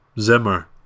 Zimmer